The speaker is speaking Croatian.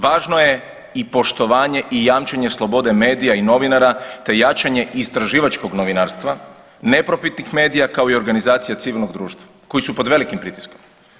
Važno je i poštovanje i jamčenje slobode medija i novinara, te jačanje istraživačkog novinarstva, neprofitnih medija, kao i organizacija civilnog društva koji su pod velikim pritiskom.